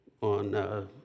on